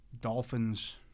Dolphins